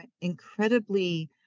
incredibly